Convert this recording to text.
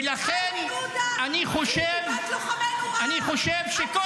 ולכן אני חושב -- איימן עודה מוציא את דיבת לוחמינו רעה.